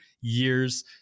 years